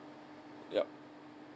yup